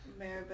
Maribel